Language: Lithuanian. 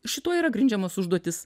šituo yra grindžiamos užduotys